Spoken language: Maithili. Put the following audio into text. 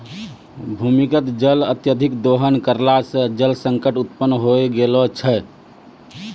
भूमीगत जल के अत्यधिक दोहन करला सें जल संकट उत्पन्न होय गेलो छै